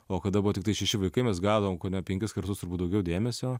o kada buvo tiktai šeši vaikai mes gaudavom kone penkis kartus daugiau dėmesio